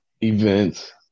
events